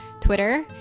Twitter